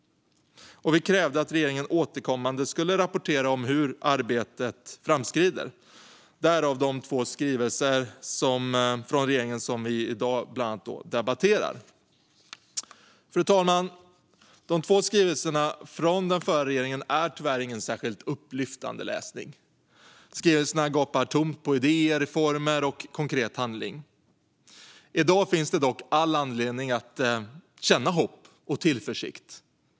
Och vi krävde att regeringen återkommande skulle rapportera om hur arbetet framskrider, därav de två skrivelser från regeringen som vi bland annat debatterar i dag. Fru talman! De två skrivelserna från den förra regeringen är tyvärr ingen särskilt upplyftande läsning. I skrivelserna gapar det tomt på idéer, reformer och konkret handling. I dag finns dock all anledning att känna hopp och tillförsikt.